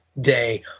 day